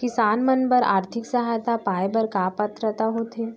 किसान मन बर आर्थिक सहायता पाय बर का पात्रता होथे?